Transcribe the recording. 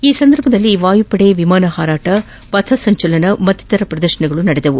ಈ ಸಂದರ್ಭದಲ್ಲಿ ವಾಯುಪಡೆ ವಿಮಾನ ಹಾರಾಟ ಪಥ ಸಂಚಲನ ಮತ್ತಿತರ ಪ್ರದರ್ಶನಗಳು ನಡೆದವು